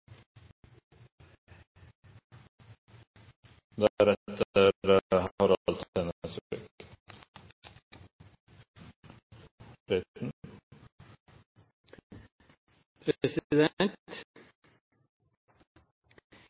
Det er etter